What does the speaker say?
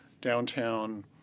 downtown